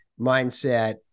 mindset